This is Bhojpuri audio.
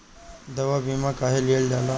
दवा बीमा काहे लियल जाला?